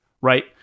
right